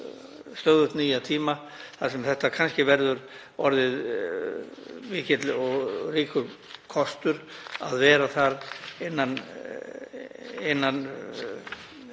stöðugt nýja tíma þar sem kannski verður orðinn mikill og ríkur kostur að vera þar innan